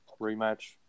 rematch